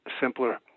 simpler